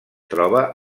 troba